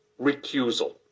recusal